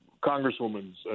congresswoman's